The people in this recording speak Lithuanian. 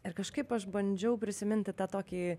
ir kažkaip aš bandžiau prisiminti tą tokį